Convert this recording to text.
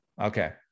Okay